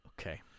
Okay